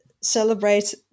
celebrate